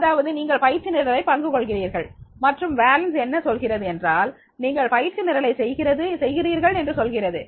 அதாவது நீங்கள் பயிற்சி நிரலை பங்கு கொள்கிறீர்கள் மற்றும் வேலன்ஸ் என்ன சொல்கிறது என்றால் நீங்கள் பயிற்சி நிரலை செய்கிறீர்கள் என்று சொல்கிறது